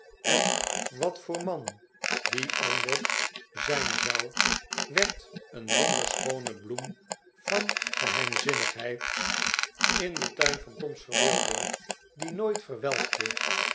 en wat voor man die ander zijn zou werd een wonderschoone bloem van geheimzinnigheid in den tuin van tom's verbeelding die nooit